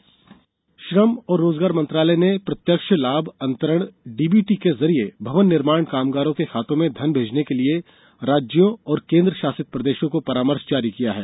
भवन निर्माण श्रमिक श्रम और रोजगार मंत्रालय ने प्रत्यक्ष लाभ अंतरण डीबीटी के जरिए भवन निर्माण कामगारों के खातों में धन भेजने के लिए राज्यों और केन्द्र शासित प्रदेशों को परामर्श जारी किया है